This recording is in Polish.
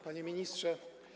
Panie Ministrze!